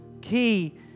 key